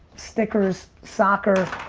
stickers, soccer,